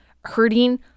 hurting